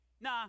nah